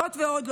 זאת ועוד,